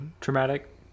traumatic